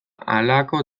halako